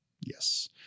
Yes